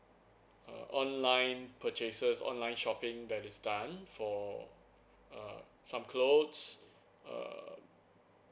uh online purchases online shopping that is done for uh some clothes err